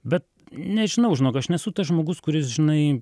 bet nežinau žinok aš nesu tas žmogus kuris žinai